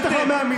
בטח לא בעמידה.